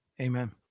Amen